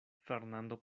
fernando